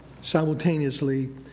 simultaneously